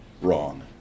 wrong